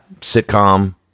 Sitcom